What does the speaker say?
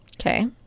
Okay